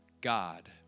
God